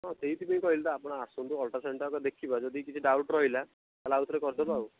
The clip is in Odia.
ହଁ ସେଇଥିପାଇଁ କହିଲି ବା ଆପଣ ଆସନ୍ତୁ ଅଲ୍ଟ୍ରାସାଉଣ୍ଡ୍ଟା ଆଗ ଦେଖିବା ଯଦି ଡାଉଟ୍ ରହିଲା ତା'ହେଲେ ଆଉ ଥରେ କରିଦେବା ଆଉ